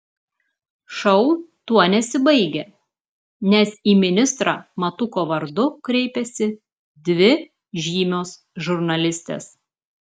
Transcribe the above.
šou tuo nesibaigia nes į ministrą matuko vardu kreipiasi dvi žymios žurnalistės